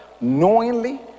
knowingly